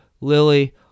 Lily